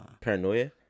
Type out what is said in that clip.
Paranoia